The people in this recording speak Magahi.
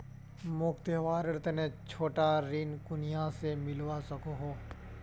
मोक त्योहारेर तने छोटा ऋण कुनियाँ से मिलवा सको हो?